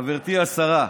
חברתי השרה,